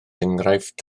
enghraifft